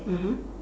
mmhmm